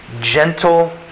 gentle